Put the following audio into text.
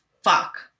fuck